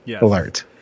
alert